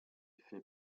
fait